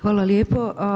Hvala lijepo.